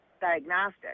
Diagnostic